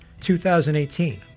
2018